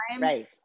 right